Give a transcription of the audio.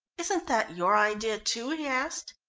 isn't that your idea, too? he asked.